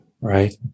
Right